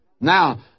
Now